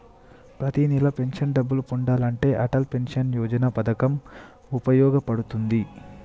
ప్రతి నెలా పెన్షన్ డబ్బులు పొందాలంటే అటల్ పెన్షన్ యోజన పథకం వుపయోగ పడుతుంది